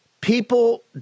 People